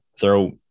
throw